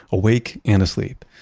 awake and asleep.